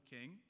king